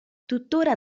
tuttora